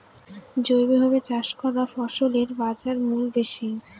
জৈবভাবে চাষ করা ফসলের বাজারমূল্য বেশি